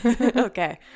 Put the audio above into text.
Okay